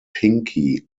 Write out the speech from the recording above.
pinky